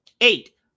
eight